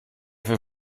für